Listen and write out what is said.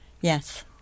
Yes